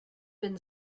been